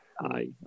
Aye